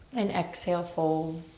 and exhale, fold.